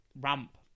ramp